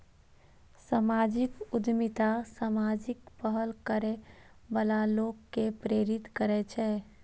सामाजिक उद्यमिता सामाजिक पहल करै बला लोक कें प्रेरित करै छै